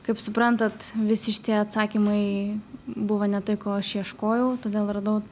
kaip suprantat visi šitie atsakymai buvo ne tai ko aš ieškojau todėl radau